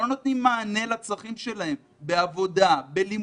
לא נותנים מענה לצרכים שלהם בעבודה, בלימודים,